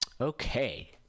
Okay